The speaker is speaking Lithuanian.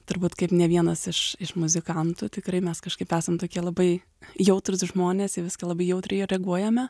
turbūt kaip ne vienas iš iš muzikantų tikrai mes kažkaip esam tokie labai jautrūs žmonės į viską labai jautriai reaguojame